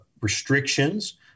restrictions